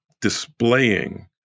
Displaying